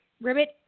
Ribbit